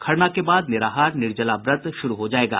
खरना के बाद निराहार निर्जला व्रत शुरू हो जायेगा